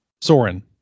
Soren